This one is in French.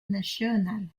nacional